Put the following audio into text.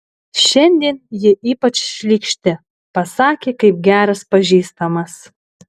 šiandien ji ypač šlykšti pasakė kaip geras pažįstamas